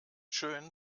schön